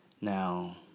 Now